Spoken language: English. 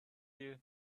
you